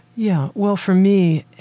yeah. well, for me,